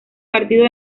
partido